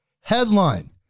Headline